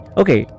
okay